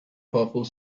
purple